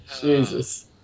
jesus